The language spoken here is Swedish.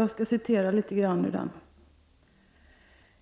Jag skall citera litet grand ur det: